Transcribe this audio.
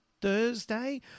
Thursday